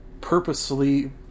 purposely